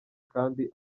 kandi